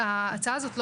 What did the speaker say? ההצעה הזאת,